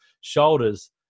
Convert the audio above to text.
shoulders